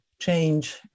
change